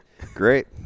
Great